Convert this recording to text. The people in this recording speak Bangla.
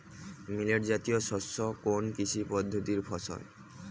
মিলেট জাতীয় শস্য কোন কৃষি পদ্ধতির ফসল?